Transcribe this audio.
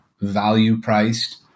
value-priced